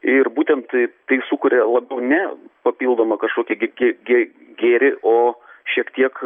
ir būtent tai tai sukuria labiau ne papildomą kažkokią gi gė gėrį o šiek tiek